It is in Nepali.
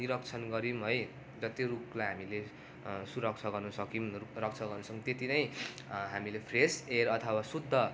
निरीक्षण गऱ्यौँ है जति रुखलाई हामीले सुरक्षा गर्नु सक्यौँ रक्षा गर्नु सक्यौँ त्यति नै हामीले फ्रेस एयर अथवा शुद्ध